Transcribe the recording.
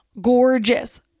gorgeous